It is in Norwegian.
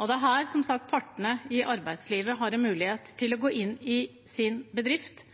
Her har, som sagt, partene i arbeidslivet en mulighet til å gå inn i sin bedrift